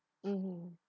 mmhmm